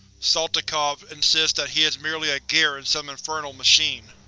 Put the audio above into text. saltykov insists that he is merely a gear in some infernal machine.